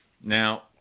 Now